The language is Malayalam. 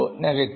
നെഗറ്റീവ്